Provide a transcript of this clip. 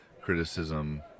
criticism